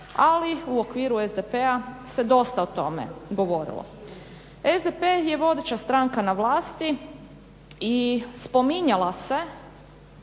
ali u okviru SDP-a se dosta toga govorilo. SDP je vodeća stranka na vlasti i spominjala se